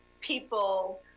people